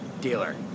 dealer